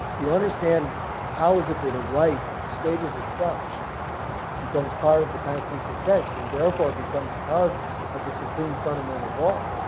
you understand how is it that a right stated as such becomes part of the constitutional text and therefore becomes part the supreme fundamental law.